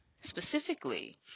specifically